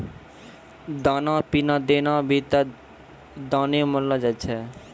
दाना पानी देना भी त दाने मानलो जाय छै